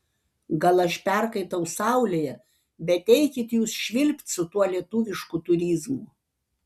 gal aš perkaitau saulėje bet eikit jūs švilpt su tuo lietuvišku turizmu